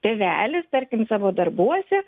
tėvelis tarkim savo darbuose